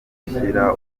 gushyira